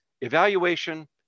evaluation